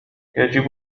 يجب